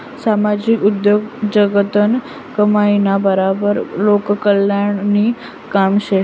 सामाजिक उद्योगजगतनं कमाईना बराबर लोककल्याणनंबी काम शे